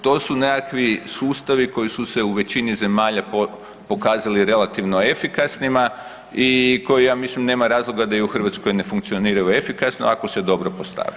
To su nekakvi sustavi koji su se u većini zemalja pokazali relativno efikasnima i koji, ja mislim nema razloga da i u Hrvatskoj ne funkcioniraju efikasno ako se dobro postavi.